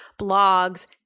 blogs